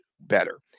better